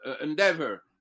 endeavor